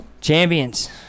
Champions